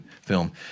film